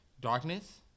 Darkness